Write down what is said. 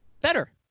Better